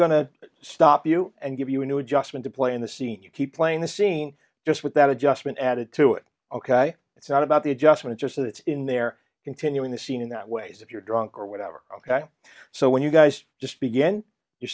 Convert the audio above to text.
going to stop you and give you a new adjustment to play in the scene you keep playing the scene just with that adjustment added to it ok it's not about the adjustment just it's in there continuing the scene in that way as if you're drunk or whatever ok so when you guys just begin you